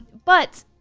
but.